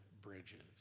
bridges